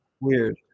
weird